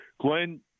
Glenn